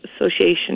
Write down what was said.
Association